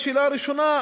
בשאלה הראשונה,